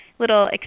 Little